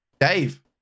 Dave